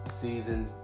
season